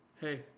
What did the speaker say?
hey